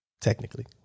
Technically